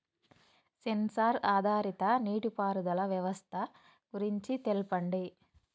Censor ఆధారిత నీటిపారుదల వ్యవస్థ గురించి తెల్పండి?